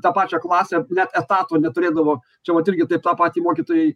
tą pačią klasę net etato neturėdavo čia vat irgi taip tą patį mokytojai